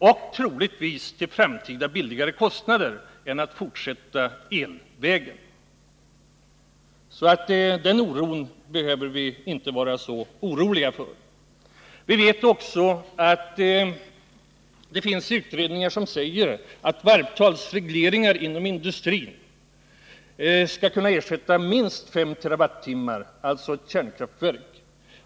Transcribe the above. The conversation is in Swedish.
Det är emellertid ganska enkelt att ersätta den med annan och troligen billigare uppvärmning. Utredningar har visat att varvtalsregleringar inom industrin kan ersätta minst 5 TWh, alltså ett kärnkraftverk.